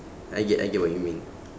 I get I get what you mean